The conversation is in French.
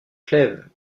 clèves